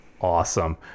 awesome